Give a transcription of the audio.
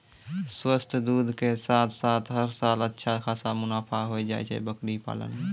स्वस्थ दूध के साथॅ साथॅ हर साल अच्छा खासा मुनाफा होय जाय छै बकरी पालन मॅ